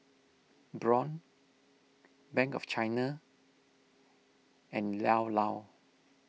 Braun Bank of China and Llao Llao